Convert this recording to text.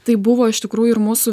tai buvo iš tikrųjų ir mūsų